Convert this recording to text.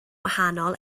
wahanol